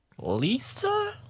Lisa